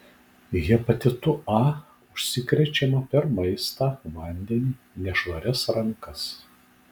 hepatitu a užsikrečiama per maistą vandenį nešvarias rankas